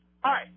Hi